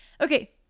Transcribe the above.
Okay